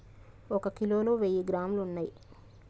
ఒక కిలోలో వెయ్యి గ్రాములు ఉన్నయ్